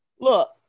look